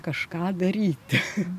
kažką daryti